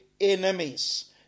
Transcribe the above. enemies